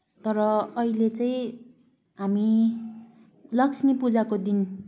तर अहिले चाहिँ हामी लक्ष्मी पूजाको दिन